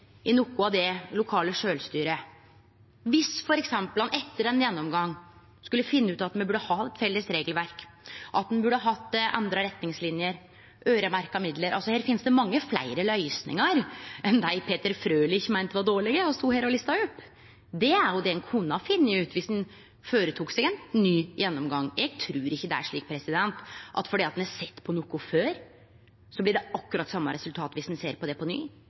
i noko av det lokale sjølvstyret, dersom ein f.eks. etter ein gjennomgang skulle finne ut at me burde ha eit felles regelverk, at me burde ha endra retningslinjer, øyremerkte midlar? Her finst det fleire løysingar enn dei Peter Frølich meinte var dårlege, som han stod og lista opp. Det er det ein kunne ha funne ut dersom ein føretok ein ny gjennomgang. Eg trur ikkje det er slik at fordi ein har sett på noko før, blir det akkurat det same resultatet dersom ein ser på det på